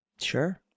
Sure